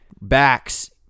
Backs